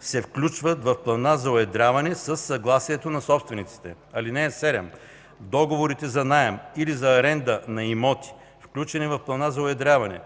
се включват в плана за уедряване със съгласието на собствениците. (7) Договорите за наем или за аренда на имоти, включени в плана за уедряване,